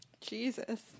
Jesus